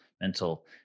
mental